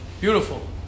beautiful